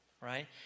right